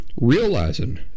realizing